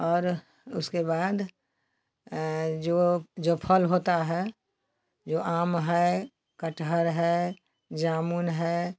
और उसके बाद जो जो फल होता है जो आम है कटहल है जामुन है